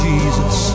Jesus